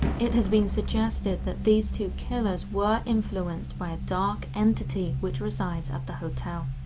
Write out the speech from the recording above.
it has been suggested that these two killers were influenced by a dark entity which resides at the hotel.